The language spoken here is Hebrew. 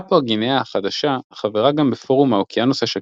פפואה גינאה החדשה חברה גם בפורום האוקיינוס השקט,